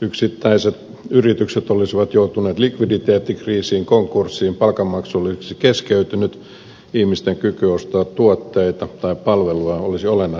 yksittäiset yritykset olisivat joutuneet likviditeettikriisiin konkurssiin palkanmaksu olisi keskeytynyt ihmisten kyky ostaa tuotteita tai palvelua olisi olennaisesti heikentynyt